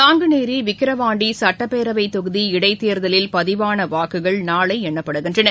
நாங்குநேரி விக்கிரவாண்டி சட்டப்பேரவைத் தொகுதி இடைத்தேர்தலில் பதிவான வாக்குகள் நாளை எண்ணப்படுகின்றன